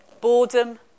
boredom